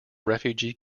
refugee